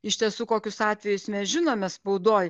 iš tiesų kokius atvejus mes žinome spaudoj